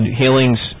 healings